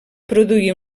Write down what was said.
produir